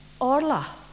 Orla